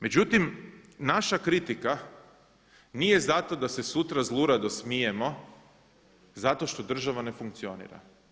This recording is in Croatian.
Međutim, naša kritika nije zato da se sutra zlurado smijemo zato što država ne funkcionira.